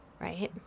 right